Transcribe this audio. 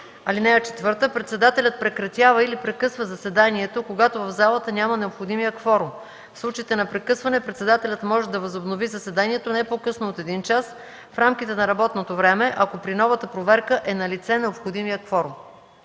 събрание. (4) Председателят прекратява или прекъсва заседанието, когато в залата няма необходимия кворум. В случаите на прекъсване председателят може да възобнови заседанието не по-късно от един час, в рамките на работното време, ако при новата проверка е налице необходимият кворум.”